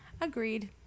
agreed